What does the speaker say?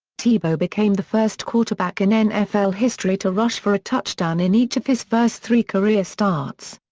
tebow became the first quarterback in nfl history to rush for a touchdown in each of his first three career starts.